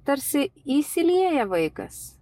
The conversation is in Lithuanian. tarsi įsilieja vaikas